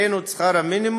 העלינו את שכר המינימום,